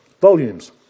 volumes